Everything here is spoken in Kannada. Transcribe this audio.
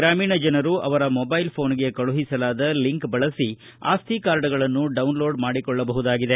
ಗ್ರಾಮೀಣ ಜನರು ಅವರ ಮೊಬೈಲ್ ಪೋನ್ಗೆ ಕಳುಹಿಸಲಾದ ಲಿಂಕ್ ಬಳಸಿ ಆಸ್ತಿ ಕಾರ್ಡ್ಗಳನ್ನು ಡೌನ್ಲೋಡ್ ಮಾಡಿಕೊಳ್ಳಬಹುದಾಗಿದೆ